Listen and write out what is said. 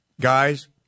Guys